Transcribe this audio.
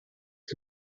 que